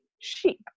sheep